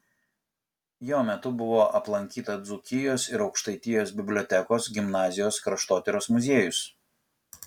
jo metu buvo aplankyta dzūkijos ir aukštaitijos bibliotekos gimnazijos kraštotyros muziejus